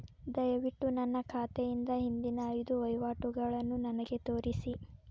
ದಯವಿಟ್ಟು ನನ್ನ ಖಾತೆಯಿಂದ ಹಿಂದಿನ ಐದು ವಹಿವಾಟುಗಳನ್ನು ನನಗೆ ತೋರಿಸಿ